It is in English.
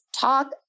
talk